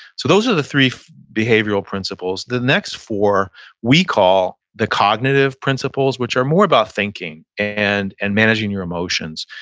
so those are the three behavioral principles the next four we call the cognitive principles, which are more about thinking and and managing your emotions.